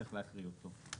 צריך להקריא אותו.